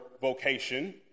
vocation